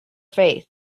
faith